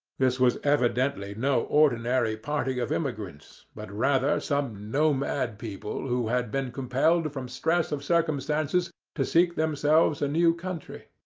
this was evidently no ordinary party of immigrants, but rather some nomad people who had been compelled from stress of circumstances to seek themselves a new country.